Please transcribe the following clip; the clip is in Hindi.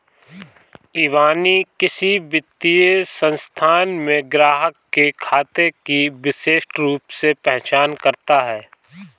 इबानी किसी वित्तीय संस्थान में ग्राहक के खाते की विशिष्ट रूप से पहचान करता है